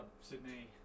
Sydney